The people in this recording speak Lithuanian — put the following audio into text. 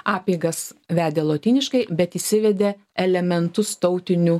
apeigas vedė lotyniškai bet įsivedė elementus tautinių